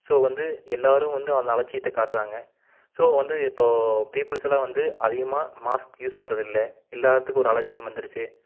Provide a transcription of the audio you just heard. so வந்து எல்லாரும் வந்து அந்த அலட்சியத்தை காட்டுறாங்க ஸோ வந்து இப்போது பீப்புள்ஸ் எல்லாம் வந்து அதிகமாக மாஸ்க் யூஸ் பண்ணுறது இல்லை எல்லாத்துக்கும் ஒரு அலட்சியம் வந்துருச்சு